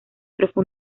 teatro